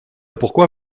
pourquoi